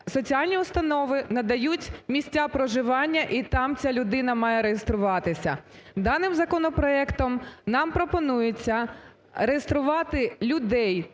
соціальні установи надають місця проживання і там ця людина має реєструватися. Даним законопроектом нам пропонується реєструвати людей